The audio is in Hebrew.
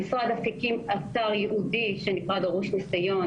המשרד הקים אתר ייעודי שנקרא "דרוש ניסיון",